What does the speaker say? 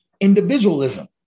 individualism